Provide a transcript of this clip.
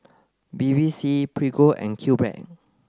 Bevy C Prego and QBread